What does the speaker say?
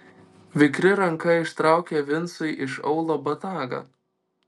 vikri ranka ištraukė vincui iš aulo botagą